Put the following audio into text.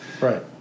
right